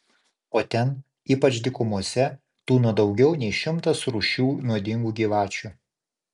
o ten ypač dykumose tūno daugiau nei šimtas rūšių nuodingų gyvačių